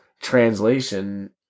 translation